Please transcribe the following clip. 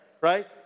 right